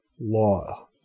law